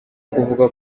kuvuga